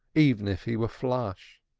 even if he were flush.